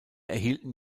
erhielten